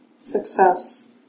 success